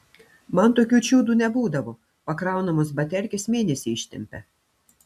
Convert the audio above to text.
man tokių čiudų nebūdavo pakraunamos baterkės mėnesį ištempia